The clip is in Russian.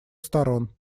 сторон